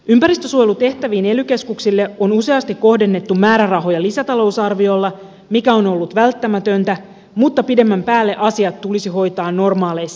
ympäristönsuojelutehtäviin ely keskuksille on useasti kohdennettu määrärahoja lisätalousarviolla mikä on ollut välttämätöntä mutta pidemmän päälle asiat tulisi hoitaa normaaleissa talousarvioissa